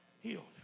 healed